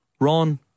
Ron